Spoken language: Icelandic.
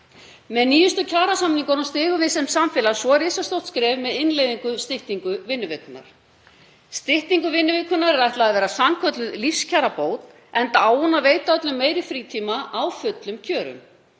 Með nýjustu kjarasamningunum stigum við sem samfélag svo risastórt skref með innleiðingu styttingu vinnuvikunnar. Styttingu vinnuvikunnar er ætlað að vera sannkölluð lífskjarabót, enda á hún að veita öllum meiri frítíma á fullum kjörum.